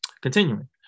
Continuing